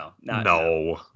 no